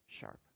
sharp